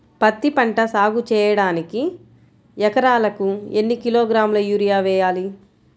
పత్తిపంట సాగు చేయడానికి ఎకరాలకు ఎన్ని కిలోగ్రాముల యూరియా వేయాలి?